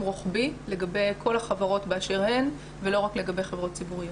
רוחבי לגבי כל החברות באשר הן ולא רק לגבי חברות ציבוריות.